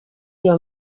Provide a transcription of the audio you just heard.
iyo